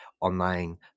online